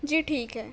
جی ٹھیک ہے